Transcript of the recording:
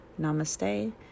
Namaste